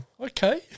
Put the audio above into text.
okay